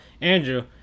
Andrew